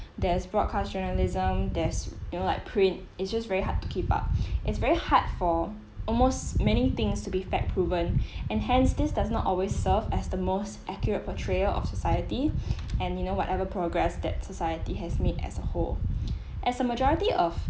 there's broadcast journalism there's you know like print it's just very hard to keep up it's very hard for almost many things to be fact proven and hence this does not always serve as the most accurate portrayal of society and you know whatever progress that society has made as a whole as a majority of